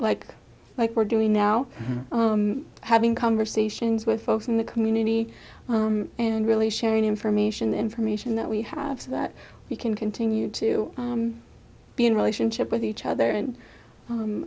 like like we're doing now having conversations with folks in the community and really sharing information information that we have so that we can continue to be in relationship with each other and